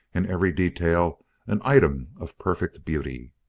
and every detail an item of perfect beauty.